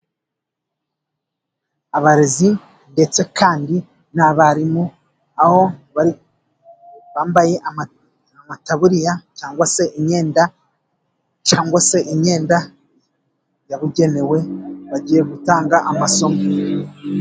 Abarezi ndetse kandi n'abarimu, aho bambaye amataburiya cyangwa se imyenda, cyangwa se imyenda yabugenewe bagiye gutanga amasomo.